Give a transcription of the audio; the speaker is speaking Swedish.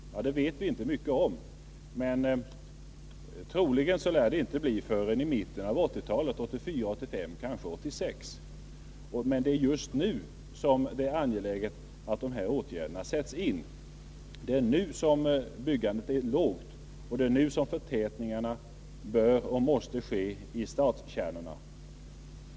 Ja, det vet vi inte mycket om, men troligen lär det inte bli förrän i mitten av 1980-talet — 1984, 1985, kanske 1986. Men det är just nu som det är angeläget att dessa åtgärder sätts in. Det är nu som byggandet befinner sig på en låg nivå. Det är nu som förtätningarna bör och måste ske i stadskärnorna.